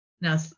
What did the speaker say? Now